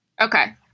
Okay